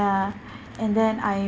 ya and then I